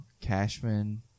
Cashman